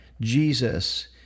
Jesus